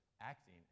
acting